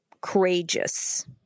courageous